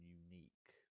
unique